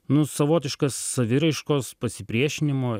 nu savotiška saviraiškos pasipriešinimo